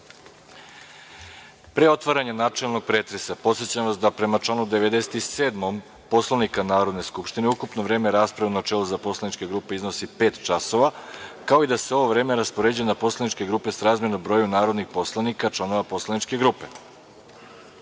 otvaranja načelnog pretresa, podsećam vas da, prema članu 97. Poslovnika Narodne skupštine, ukupno vreme rasprave u načelu za poslaničke grupe iznosi pet časova, kao i da se ovo vreme raspoređuje na poslaničke grupe srazmerno broju narodnih poslanika članova poslaničke grupe. Molim